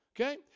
Okay